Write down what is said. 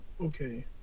okay